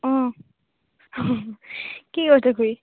অঁ কি